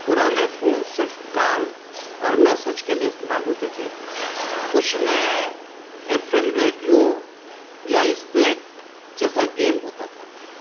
پرانے فون صرف کال اور میسج کے لیے استعمال ہوتے تھے کچھ میں ایف ایم ریڈیو یا اسنیک جیسا گیم ہوتا تھا